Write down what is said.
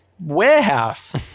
warehouse